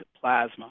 plasma